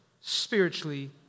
spiritually